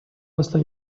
посла